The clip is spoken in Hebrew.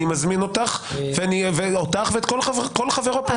אני מזמין אותך ואת כל חבריך.